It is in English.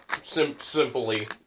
Simply